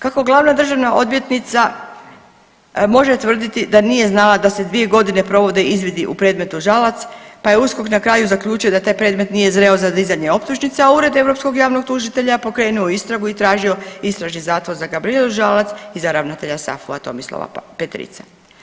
Kako glavna državna odvjetnica može tvrditi da nije znala da se 2.g. provode izvidi u predmetu Žalac, pa je USKOK na kraju zaključio da taj predmet nije zreo za dizanje optužnice, a Ured europskog javnog tužitelja je pokrenuo istragu i tražio istražni zatvor za Gabrijelu Žalac i za ravnatelja SAFU-a Tomislava Petrica.